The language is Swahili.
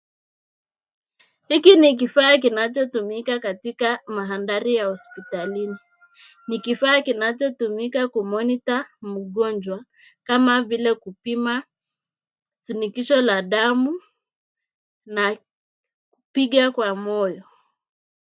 Hiki ni kifaa kinachotumika katika mandhari ya hospitalini, ni kifaa kinachotumika kumonita mgonjwa, kama vile kupima shinikizo la damu na kupiga kwa moyo.